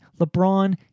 LeBron